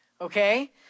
Okay